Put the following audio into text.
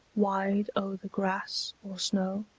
wide o'er the grass, or snow